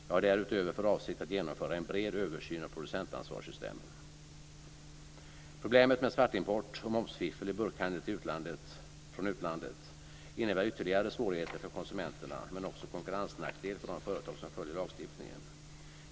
Jag har därutöver för avsikt att genomföra en bred översyn av producentansvarssystemen. Problemet med svartimport och momsfiffel vid burkhandel från utlandet innebär ytterligare svårigheter för konsumenterna, men också en konkurrensnackdel för de företag som följer lagstiftningen.